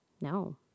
No